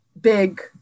big